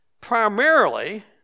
primarily